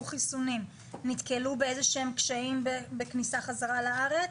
חיסונים נתקלו בקשיים בכניסה חזרה לארץ?